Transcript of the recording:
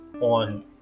on